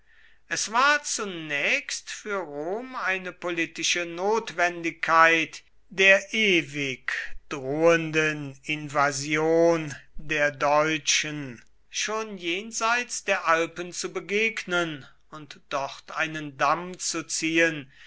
es war zunächst für rom eine politische notwendigkeit der ewig drohenden invasion der deutschen schon jenseits der alpen zu begegnen und dort einen damm zu ziehen